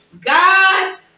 God